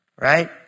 Right